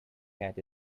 cat